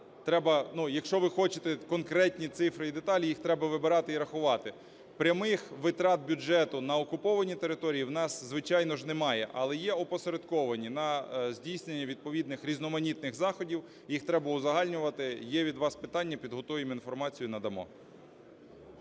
якщо ви хочете конкретні цифри і деталі, їх треба вибирати і рахувати. Прямих витрат бюджету на окуповані території в нас, звичайно ж, немає. Але є опосередковані – на здійснення відповідних різноманітних заходів, їх треба узагальнювати. Є від вас питання – підготуємо інформацію і надамо.